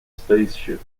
spaceships